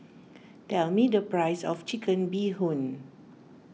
tell me the price of Chicken Bee Hoon